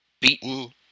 beaten